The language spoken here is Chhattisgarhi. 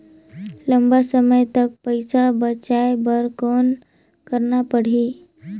लंबा समय तक पइसा बचाये बर कौन करना पड़ही?